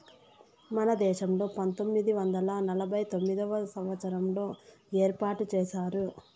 మన దేశంలో పంతొమ్మిది వందల నలభై తొమ్మిదవ సంవచ్చారంలో ఏర్పాటు చేశారు